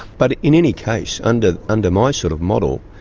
but in any case, under under my sort of model,